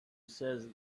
says